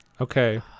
Okay